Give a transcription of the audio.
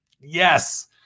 yes